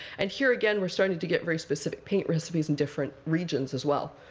and here, again, we're starting to get very specific paint recipes in different regions as well.